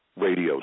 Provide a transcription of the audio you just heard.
radio